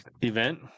event